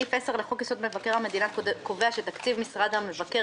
סעיף 10 לחוק יסוד מבקר המדינה: קובע שתקציב משרד המבקר,